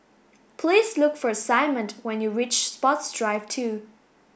please look for Simone when you reach Sports Drive two